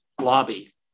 lobby